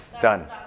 Done